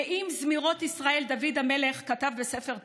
נעים זמירות ישראל דוד המלך כתב בספר תהילים: